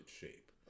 shape